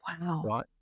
Wow